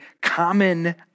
common